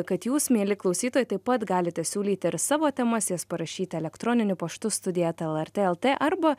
kad jūs mieli klausytojai taip pat galite siūlyti ir savo temas jas parašyti elektroniniu paštu studija eta lrt lt arba